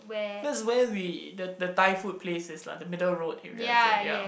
that's where we the the Thai food place is lah the Middle Road area is it ya